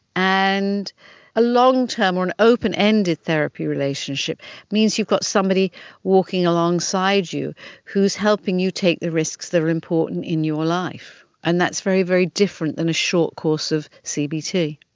and a long term or an open-ended therapy relationship means you've got somebody walking alongside you who is helping you take the risks that are important in your life, and that's very, very different than a short course of cbt.